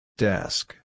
Desk